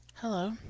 Hello